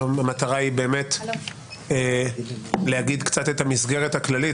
המטרה היא להגיד את המסגרת הכללית,